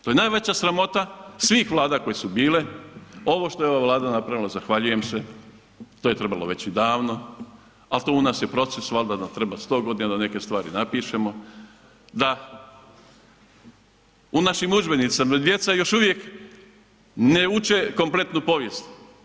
To je najveća sramota svih vlada koje su bile, ovo što je ova Vlada napravila zahvaljujem se to je trebalo već i davno, ali to u nas je proces valda da treba 100 godina da neke stvari napišemo, da u našim udžbenicima djeca još uvijek ne uče kompletnu povijest.